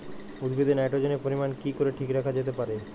উদ্ভিদে নাইট্রোজেনের পরিমাণ কি করে ঠিক রাখা যেতে পারে?